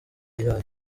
yayo